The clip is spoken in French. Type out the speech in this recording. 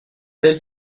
tel